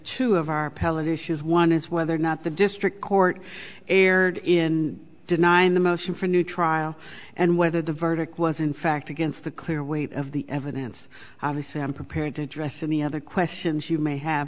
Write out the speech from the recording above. two of our pellet issues one is whether or not the district court erred in denying the motion for new trial and whether the verdict was in fact against the clear weight of the evidence obviously i am prepared to address any other questions you may have